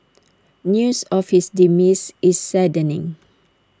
news of his demise is saddening